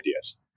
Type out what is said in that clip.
ideas